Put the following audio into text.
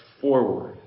forward